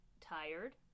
tired